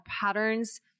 patterns